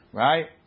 right